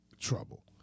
trouble